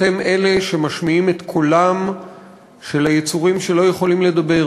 אתם אלה שמשמיעים את קולם של היצורים שלא יכולים לדבר,